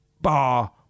bar